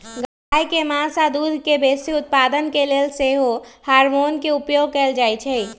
गाय के मास आऽ दूध के बेशी उत्पादन के लेल सेहो हार्मोन के उपयोग कएल जाइ छइ